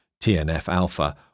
TNF-alpha